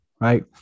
right